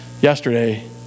yesterday